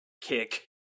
Kick